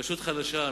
רשות חלשה,